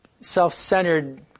self-centered